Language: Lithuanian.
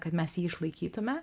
kad mes jį išlaikytume